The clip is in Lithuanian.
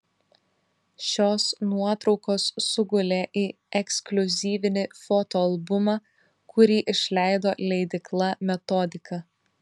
šios nuotraukos sugulė į ekskliuzyvinį fotoalbumą kurį išleido leidykla metodika